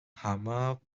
hammer